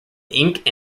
ink